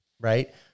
Right